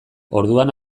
orduan